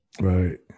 right